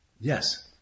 Yes